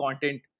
content